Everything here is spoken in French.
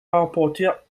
rapporteur